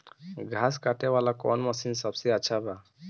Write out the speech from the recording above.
घास काटे वाला कौन मशीन सबसे अच्छा बा?